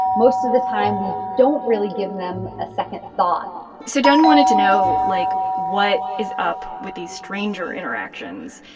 most of the time, we don't really give them a second thought so dunn wanted to know, like, what is up with these stranger interactions?